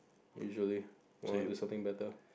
usually I want to do something better